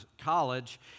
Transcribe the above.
college